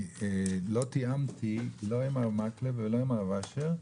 לא תיאמתי לא עם מר מקלב ולא עם מר אשר.